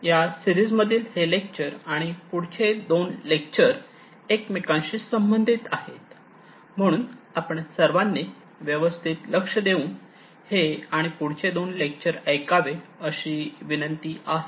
या सिरीज मधील हे लेक्चर आणि पुढचे दोन लेक्चर एकमेकांशी संबंधित आहेत म्हणून आपण सर्वांनी व्यवस्थित लक्ष देऊन हे आणि पुढचे दोन लेक्चर देखील ऐकावे अशी विनंती आहे